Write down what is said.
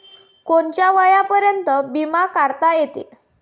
कोनच्या वयापर्यंत बिमा काढता येते?